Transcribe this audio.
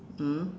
mm